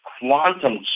quantum